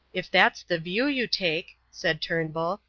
if that's the view you take, said turnbull,